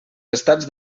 estats